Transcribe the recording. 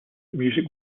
music